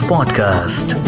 Podcast